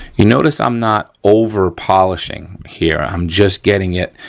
you notice i'm not over polishing here. i'm just getting it,